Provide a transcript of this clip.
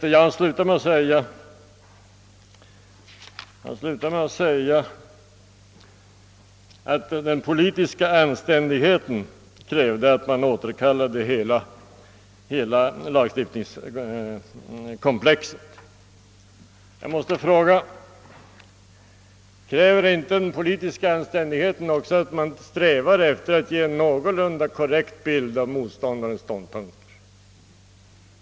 Han slutade med att säga att den politiska anständigheten krävde att regeringen återkallade hela lagstiftningskomplexet. Jag måste fråga: Kräver inte den politiska anständigheten också att man strävar efter att ge en någorlunda korrekt bild av motståndarens ståndpunkt?